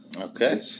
Okay